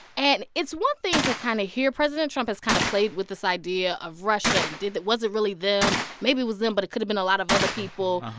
and it's one thing to kind of hear president trump has kind of played with this idea of russia and did they it wasn't really them? maybe it was them, but it could have been a lot of other people. uh-huh.